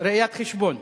ראיית-חשבון.